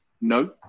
No